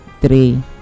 three